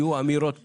יהיו אמירות כלליות.